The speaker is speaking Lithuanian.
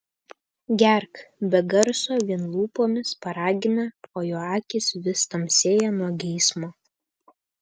gerk be garso vien lūpomis paragina o jo akys vis tamsėja nuo geismo